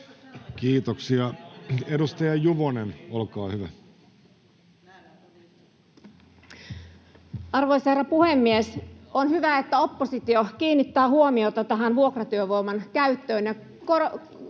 Kiitoksia. — Edustaja Juvonen, olkaa hyvä. Arvoisa herra puhemies! On hyvä, että oppositio kiinnittää huomiota tähän vuokratyövoiman käyttöön